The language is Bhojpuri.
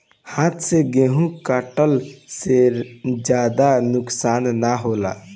हाथ से गेंहू कटला से ज्यादा नुकसान ना होला